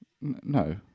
No